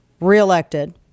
reelected